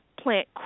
plant